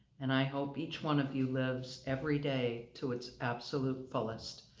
and i hope each one of you lives every day to its absolute fullest.